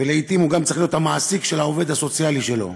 ולעתים הוא גם צריך להיות המעסיק של עובד הסיעוד שלו.